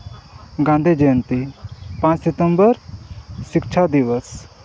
ᱜᱟᱹᱱᱫᱷᱤ ᱡᱚᱭᱚᱱᱛᱤ ᱯᱟᱸᱪ ᱥᱤᱛᱮᱢᱵᱚᱨ ᱥᱤᱠᱷᱪᱷᱟ ᱫᱤᱵᱚᱥ